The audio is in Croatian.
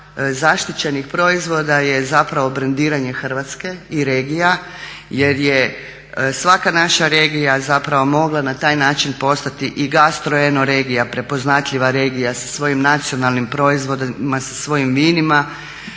zaštićenih proizvoda je zapravo brendiranje Hrvatske i regija jer je svaka naša regija zapravo mogla na taj način postati i gastro-eno regija prepoznatljiva regija sa svojim nacionalnim proizvodima, sa svojim vinima.